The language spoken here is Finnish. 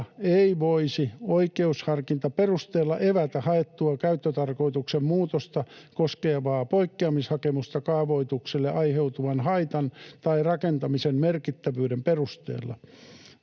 ei voisi oikeusharkintaperusteella evätä haettua käyttötarkoituksen muutosta koskevaa poikkeamishakemusta kaavoitukselle aiheutuvan haitan tai rakentamisen merkittävyyden perusteella.”